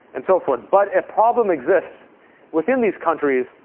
and so forth. but a problem exists within these countries,